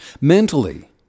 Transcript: mentally